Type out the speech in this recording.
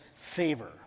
favor